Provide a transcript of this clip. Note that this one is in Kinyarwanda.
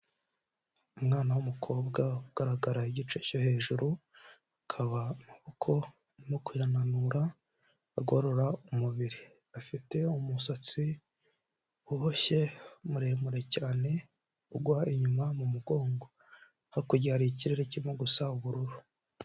Umwana w'umukobwa ugaragara igice cyo hejuru, akaba amaboko arimo kuyananura agorora umubiri, afite umusatsi uboshye muremure cyane ugwa inyuma mu mugongo, hakurya hari ikirere kirimo gusa ubururu.